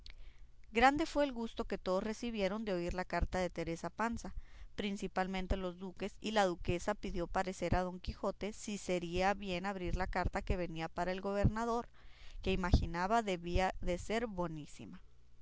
grande fue el gusto que todos recibieron de oír la carta de teresa panza principalmente los duques y la duquesa pidió parecer a don quijote si sería bien abrir la carta que venía para el gobernador que imaginaba debía de ser bonísima